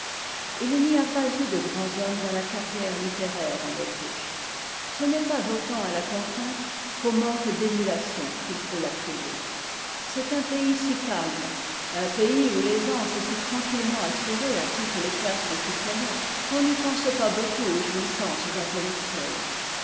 s'il n'y a pas eu de grands hommes dans la carrière littéraire en autriche ce n'est pas autant à la contrainte qu'au manque d'émulation qu'il faut l'attribuer c'est un pays si calme un pays ob l'aisance est si tranquillement assurée à toutes les classes de citoyens qu'on n'y pense pas beaucoup aux jouissances intellectuelles